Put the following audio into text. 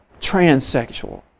transsexual